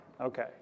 Okay